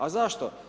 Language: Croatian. A zašto?